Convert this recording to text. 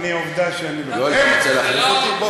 יואל, אתה רוצה להחליף אותי פה?